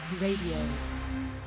Radio